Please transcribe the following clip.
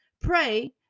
Pray